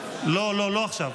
לא, לא, לא עכשיו.